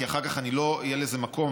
כי אחר כך לא יהיה לזה מקום,